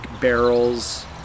barrels